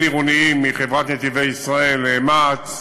בבין-עירוניים זו חברת "נתיבי ישראל" מע"צ,